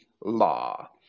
law